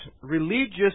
Religious